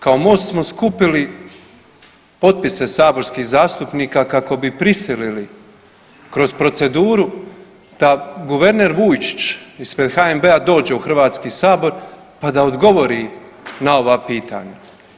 Kao Most smo skupili potpise saborskih zastupnika kako bi prisilili kroz proceduru da guverner Vujčić ispred HNB-a dođe u HS pa da odgovori na ova pitanja.